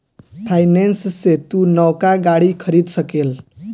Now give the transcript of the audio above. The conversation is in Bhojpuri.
फाइनेंस से तू नवका गाड़ी खरीद सकेल